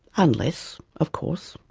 unless, of course,